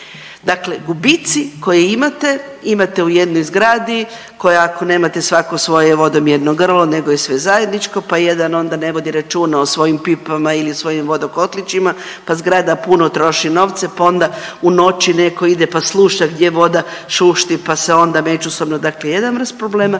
Dakle, gubici koje imate, imate u jednoj zgradi koja ako nemate svako svoje vodomjerno grlo nego je sve zajedničko pa jedan onda ne vodi računa o svojim pipama ili svojim vodokotlićima pa zgrada puno troši novce pa onda u noći neko ide pa sluša gdje voda šušti pa se onda međusobno dakle jedan vrst problema,